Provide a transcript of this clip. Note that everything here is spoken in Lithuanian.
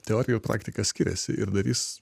teorija ir praktika skiriasi ir darys